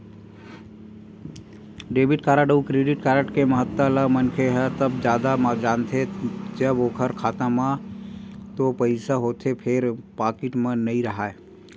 debit card अउ credit card के महत्ता ल मनखे ह तब जादा जानथे जब ओखर खाता म तो पइसा होथे फेर पाकिट म नइ राहय